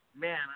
man